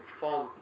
fall